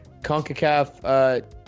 CONCACAF